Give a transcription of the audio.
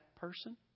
person